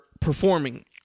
performing